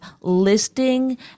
listing